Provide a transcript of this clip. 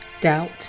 doubt